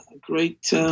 great